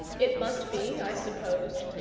it must be, i supposed,